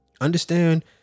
Understand